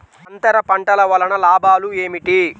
అంతర పంటల వలన లాభాలు ఏమిటి?